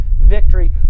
victory